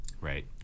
right